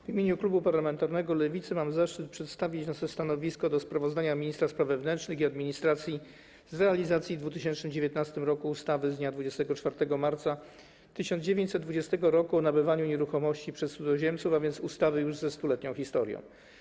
W imieniu klubu parlamentarnego Lewicy mam zaszczyt przedstawić nasze stanowisko wobec sprawozdania ministra spraw wewnętrznych i administracji z realizacji w 2019 r. ustawy z dnia 24 marca 1920 r. o nabywaniu nieruchomości przez cudzoziemców, a wiec ustawy ze 100-letnią historią.